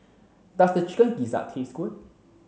does the chicken gizzard taste good